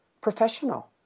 professional